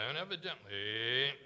evidently